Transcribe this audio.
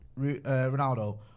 Ronaldo